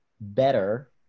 better